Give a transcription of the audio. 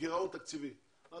בגירעון תקציבי של 190 מיליארד,